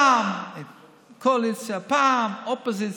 פעם קואליציה, פעם אופוזיציה,